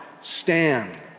stand